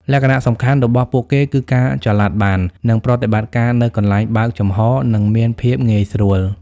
លក្ខណៈសំខាន់របស់ពួកគេគឺការចល័តបាន និងប្រតិបត្តិការនៅកន្លែងបើកចំហនឹងមានភាពងាយស្រួល ។